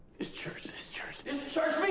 this church, this church, this church